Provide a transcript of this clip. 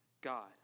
God